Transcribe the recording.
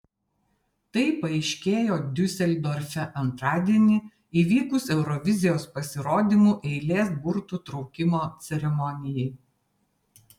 tai paaiškėjo diuseldorfe antradienį įvykus eurovizijos pasirodymų eilės burtų traukimo ceremonijai